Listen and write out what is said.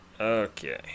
Okay